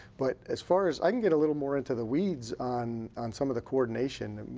but as far as, i can get a little more into the weeds on on some of the coordination.